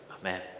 Amen